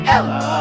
Ella